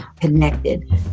connected